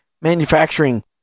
manufacturing